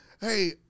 hey